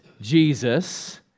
Jesus